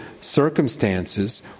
circumstances